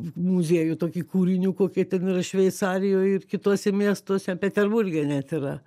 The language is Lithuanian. muziejų tokį kūrinių kokie ten yra šveicarijoj ir kituose miestuose peterburge net yra